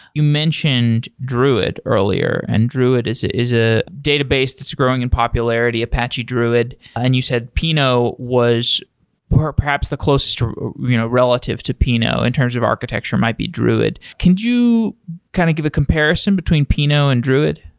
you mentioned druid earlier. and druid is is a database that's growing in popularity, apache druid. and you said pinot you know was perhaps the closest you know relative to pinot in terms of architecture might be druid. can you kind of give a comparison between pinot and druid?